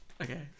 okay